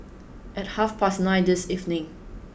at half past nine this evening